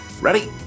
Ready